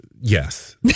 yes